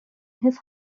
his